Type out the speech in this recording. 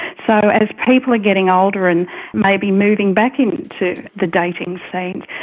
so as people are getting older and maybe moving back into the dating scene,